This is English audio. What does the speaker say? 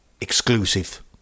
exclusive